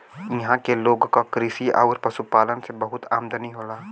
इहां के लोग क कृषि आउर पशुपालन से बहुत आमदनी होला